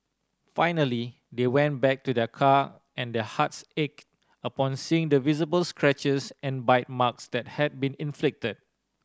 finally they went back to their car and their hearts ached upon seeing the visible scratches and bite marks that had been inflicted